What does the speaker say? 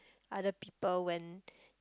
other people when